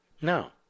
No